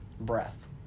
Breath